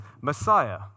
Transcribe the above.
Messiah